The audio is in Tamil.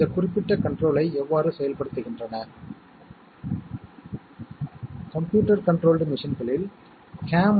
எனவே இந்த குறிப்பிட்ட அட்டவணையில் A B மற்றும் C இன் வெவ்வேறு சேர்க்கைகளை நாம் உருவாக்கியுள்ளோம்